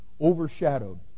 overshadowed